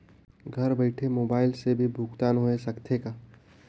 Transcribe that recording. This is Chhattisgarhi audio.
घर बइठे मोबाईल से भी भुगतान होय सकथे का?